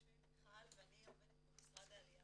שמי מיכל ואני עובדת במשרד העלייה